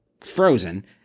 frozen